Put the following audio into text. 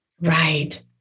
Right